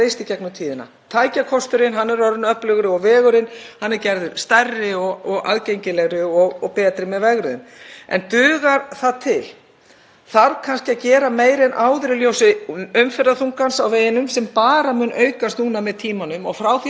Þarf kannski að gera meira en áður í ljósi umferðarþungans á veginum sem mun bara aukast með tímanum? Frá því að þessar framkvæmdir voru gerðar á sínum tíma fyrir einhverjum árum síðan hefur orðið gjörbreyting í fólksflutningum á veginum og ekki síst ef við horfum á